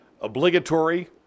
Obligatory